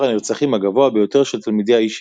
הנרצחים הגבוה ביותר של תלמידי הישיבה.